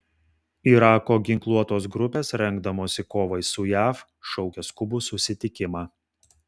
irako ginkluotos grupės rengdamosi kovai su jav šaukia skubų susitikimą